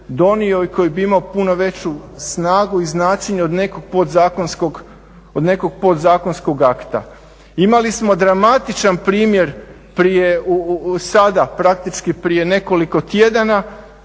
donio i koji bi imao puno veću snagu i značenje od nekog podzakonskog akta. Imali smo dramatičan prije, sada praktički prije nekoliko tjedana,